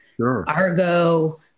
Argo